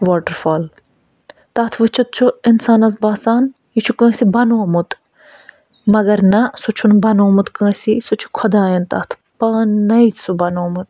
water تَتھ وُچھِتھ چھُ اِنسانَس باسان یہِ چھُ کٲنٛسہِ بنومُت مگر نہ سُہ چھُنہٕ بنومُت کٲنٛسی سُہ چھِ خۄدایَن تَتھ پانَے سُہ بنومُت